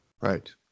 Right